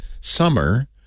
summer